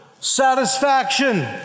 satisfaction